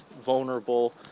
vulnerable